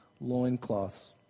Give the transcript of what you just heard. loincloths